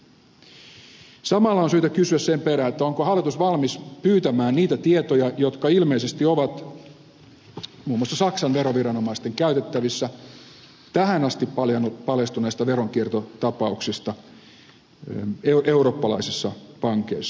samalla on syytä kysyä sen perään onko hallitus valmis pyytämään niitä tietoja jotka ilmeisesti ovat muun muassa saksan veroviranomaisten käytettävissä tähän asti paljastuneista veronkiertotapauksista eurooppalaisissa pankeissa